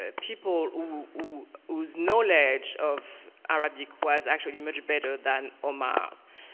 ah people whose knowledge of arabic was actually much better than omar's.